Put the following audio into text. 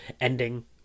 ending